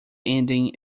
ending